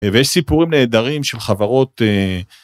ויש סיפורים נהדרים של חברות.